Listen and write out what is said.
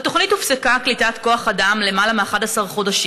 בתוכנית לה"בה לצמצום הפער הדיגיטלי